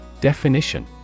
Definition